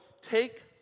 take